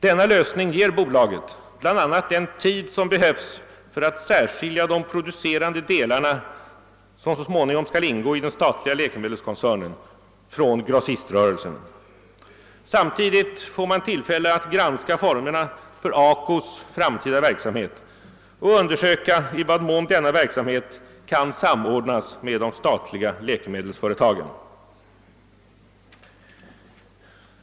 Denna lösning ger bolaget bl.a. den tid som behövs för att skilja de producerande delarna, som skall ingå i den statliga läkemedelskoncernen, från grossiströrelsen. Samtidigt får man tillfälle att granska formerna för ACO:s framtida verksamhet och undersöka i vad mån denna verksamhet kan samordnas med de statliga läkemedelsföretagens.